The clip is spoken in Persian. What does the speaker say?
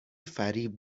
فریب